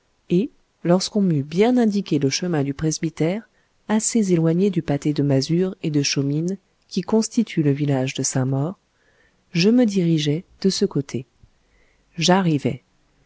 et lorsqu'on m'eut bien indiqué le chemin du presbytère assez éloigné du pâté de masures et de chaumines qui constitue le village de saint-maur je me dirigeai de ce côté j'arrivai